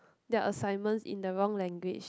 their assignments in the wrong language